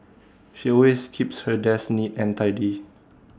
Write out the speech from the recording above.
she always keeps her desk neat and tidy